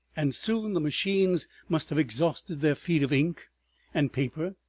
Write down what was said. and soon the machines must have exhausted their feed of ink and paper,